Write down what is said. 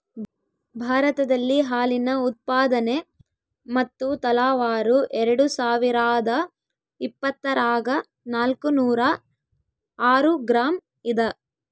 ಭಾರತದಲ್ಲಿ ಹಾಲಿನ ಉತ್ಪಾದನೆ ಮತ್ತು ತಲಾವಾರು ಎರೆಡುಸಾವಿರಾದ ಇಪ್ಪತ್ತರಾಗ ನಾಲ್ಕುನೂರ ಆರು ಗ್ರಾಂ ಇದ